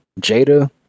jada